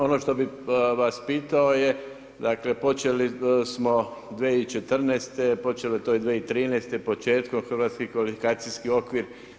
Ono što bih vas pitao je, dakle počeli smo 2014., počelo je to i 2013. početkom hrvatski kvalifikacijski okvir.